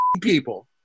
people